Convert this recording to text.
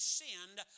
sinned